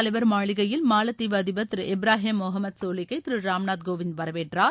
தலைவர் மாளிகையில் மாலத்தீவு நேற்று குடியரசு அதிபர் திரு இப்ராஹிம் முகமது சோலிஹ்கை திரு ராம்நாத் கோவிந்த் வரவேற்றார்